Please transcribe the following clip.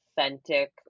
authentic